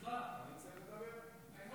סליחה, אני צריך לדבר.